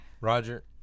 Roger